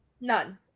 None